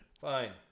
Fine